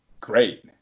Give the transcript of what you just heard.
great